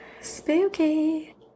Spooky